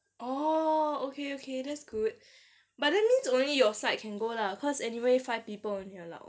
oh okay okay that's good but then means only your side can go lah cause anyway five people only allowed